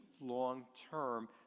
long-term